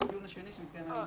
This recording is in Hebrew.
זה הדיון השני שמתקיים היום.